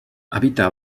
habita